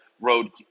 road